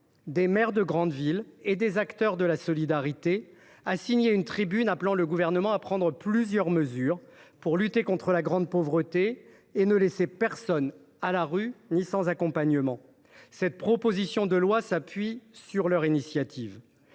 des maires de grande ville et des acteurs de la solidarité à signer une tribune appelant le Gouvernement à prendre plusieurs mesures pour lutter contre la grande pauvreté et ne laisser personne à la rue ou sans accompagnement. La présente proposition de loi s’appuie sur leur initiative.